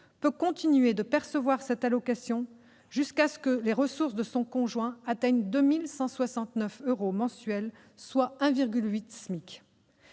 peut continuer de percevoir cette allocation jusqu'à ce que les ressources de son conjoint atteignent 2 169 euros mensuels, soit 1,8 SMIC.